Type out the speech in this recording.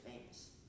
famous